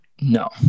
No